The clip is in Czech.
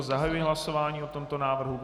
Zahajuji hlasování o tomto návrhu.